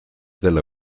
dela